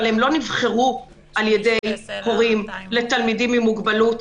אבל הם לא נבחרו על-ידי הורים לתלמידים עם מוגבלות,